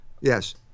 yes